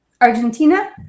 Argentina